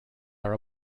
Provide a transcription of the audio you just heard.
are